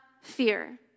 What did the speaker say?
fear